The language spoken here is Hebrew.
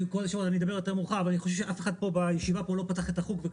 אני חושב שאף אחד פה בישיבה לא פתח את החוק,